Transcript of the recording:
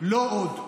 לא עוד.